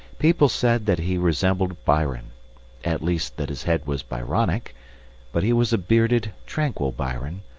people said that he resembled byron at least that his head was byronic but he was a bearded, tranquil byron,